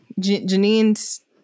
Janine's